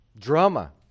drama